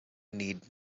need